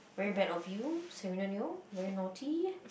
very bad of you on you very naughty